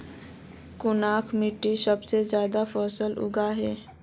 कुनखान मिट्टी सबसे ज्यादा फसल उगहिल?